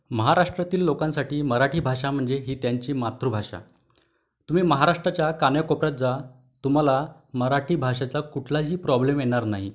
महाराष्ट्रातील लोकांसाठी मराठी भाषा म्हणजे ही त्यांची मातृभाषा तुम्ही महाराष्ट्राच्या कानाकोपऱ्यात जा तुम्हाला मराठी भाषेचा कुठलाही प्रॉब्लेम येणार नाही